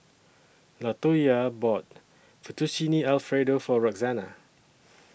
Latoyia bought Fettuccine Alfredo For Roxana